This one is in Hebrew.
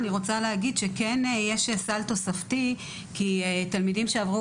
אני רוצה לומר שכן יש סל תוספתי כי תלמידים שעברו